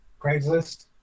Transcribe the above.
Craigslist